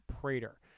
Prater